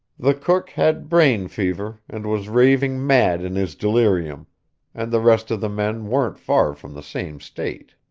the cook had brain fever, and was raving mad in his delirium and the rest of the men weren't far from the same state.